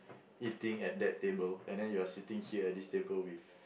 eating at that table and then you are sitting here at this table with